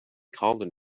colin